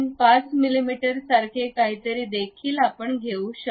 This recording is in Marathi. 5 मिमीसारखे काहीतरी देखील आपण देऊ शकता